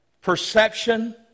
Perception